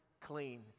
clean